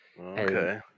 Okay